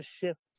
shift